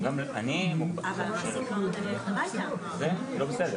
יהיה מאוד מאוד קשה לגייס מספיק כוח אדם בפריפריה כדי לאייש את התקנים.